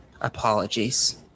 apologies